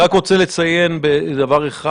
אבל אני רק רוצה לציין דבר אחד.